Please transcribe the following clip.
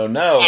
no